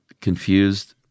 confused